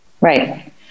Right